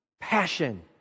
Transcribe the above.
Passion